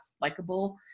likable